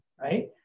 right